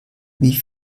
wie